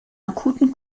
akuten